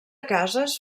cases